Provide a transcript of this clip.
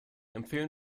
empfehlen